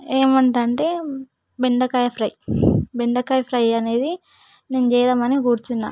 ఏం వంటంటే బెండకాయ ఫ్రై బెండకాయ ఫ్రై అనేది నేను చేద్దామని కూర్చున్నాను